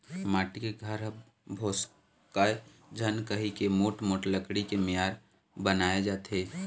माटी के घर ह भोसकय झन कहिके मोठ मोठ लकड़ी के मियार बनाए जाथे